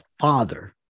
father